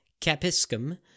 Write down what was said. capiscum